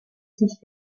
sich